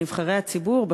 לנבחרי הציבור,